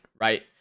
Right